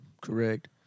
correct